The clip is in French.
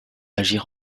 agir